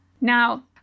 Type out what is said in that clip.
Now